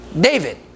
David